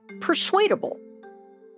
persuadable